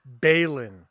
Balin